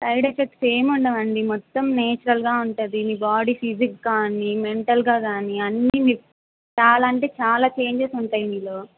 side effects ఏం ఉండవండి మొత్తం నేచురల్గా ఉంటుంది మీ బాడీ ఫిజిక్ కానీ మెంటల్గా కానీ అన్ని మీ చాలా అంటే చాలా చేంజెస్ ఉంటాయి మీలో